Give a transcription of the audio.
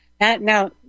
Now